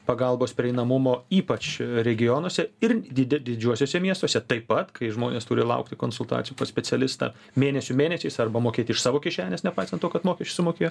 pagalbos prieinamumo ypač regionuose ir didė didžiuosiuose miestuose taip pat kai žmonės turi laukti konsultacijų pas specialistą mėnesių mėnesiais arba mokėt iš savo kišenės nepaisant to kad mokesčius sumokėjo